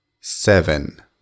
seven